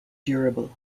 durable